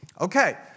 Okay